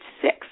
six